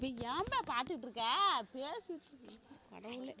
ப ஏன்ப்பா ஆட்டிட்டுட்ருக்க பேசிட்டுருக்கேன் கடவுளே